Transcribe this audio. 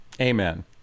Amen